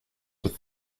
with